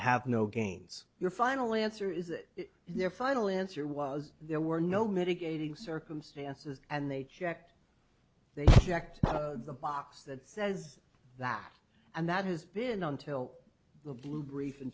have no gains your final answer is that your final answer was there were no mitigating circumstances and they checked they checked the box that says that and that has been until the blue brief in